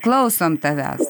klausom tavęs